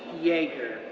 yeager,